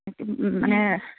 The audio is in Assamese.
মানে